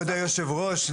כבוד היושב-ראש,